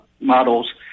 models